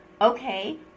okay